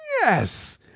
Yes